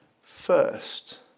first